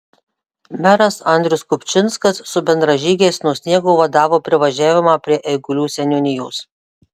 meras andrius kupčinskas su bendražygiais nuo sniego vadavo privažiavimą prie eigulių seniūnijos